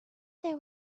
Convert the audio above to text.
there